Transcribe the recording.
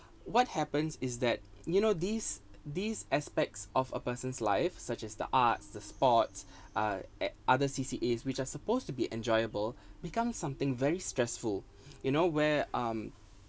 what happens is that you know these these aspects of a person's life such as the arts the sports uh a~ other C_C_A which are supposed to be enjoyable becomes something very stressful you know where um